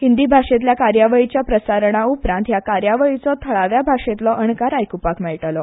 हिंदी भार्शेतल्या कार्यावळीचें प्रसारणा उपरांत ह्या कार्यावळीचो थळावे भाशेंतलो अणकार आयकुपाक मेळटलो